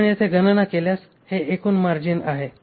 आपण येथे गणना केल्यास हे एकूण मार्जिन आहे